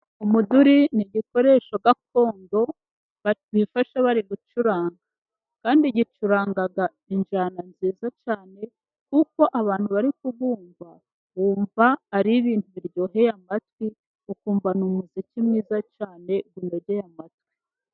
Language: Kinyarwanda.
Umuduri ni igikoresho gakondo bifashisha bari gucuranga, kandi gicuranga injyana nziza cyane kuko abantu bari kuwumva bumva ari ibintu biryoheye amatwi, ukumva ni umuziki mwiza cyane unogeye amatwi.